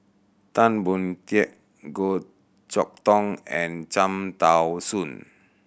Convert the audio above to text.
Tan Boon Teik Goh Chok Tong and Cham Tao Soon